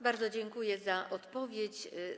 Bardzo dziękuję za odpowiedź.